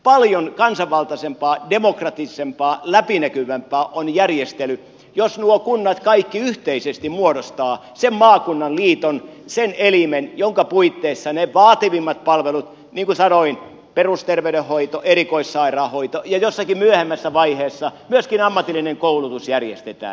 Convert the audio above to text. paljon kansanvaltaisempaa demokraattisempaa läpinäkyvämpää on järjestely jossa nuo kunnat kaikki yhteisesti muodostavat sen maakunnan liiton sen elimen jonka puitteissa ne vaativimmat palvelut niin kuin sanoin perusterveydenhoito erikoissairaanhoito ja jossakin myöhemmässä vaiheessa myöskin ammatillinen koulutus järjestetään